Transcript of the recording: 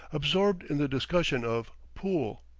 absorbed in the discussion of pool.